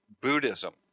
Buddhism